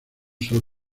sol